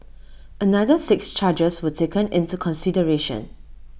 another six charges were taken into consideration